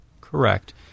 Correct